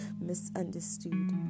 misunderstood